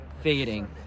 fading